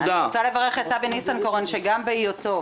אני רוצה לברך את אבי ניסנקורן, שגם בהיותו